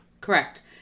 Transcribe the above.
Correct